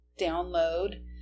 download